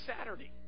saturday